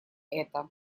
это